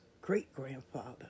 great-grandfather